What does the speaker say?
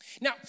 Now